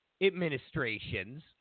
administrations